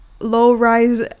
low-rise